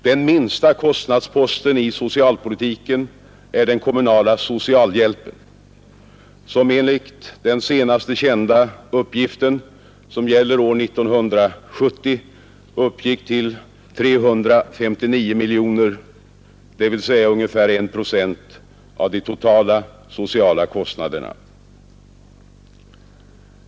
Den minsta kostnadsposten i socialpolitiken är den kommunala socialhjälpen, som enligt den senaste kända uppgiften, som gäller år 1970, uppgick till 359 miljoner, dvs. ungefär 1 procent av de totala sociala kostnaderna.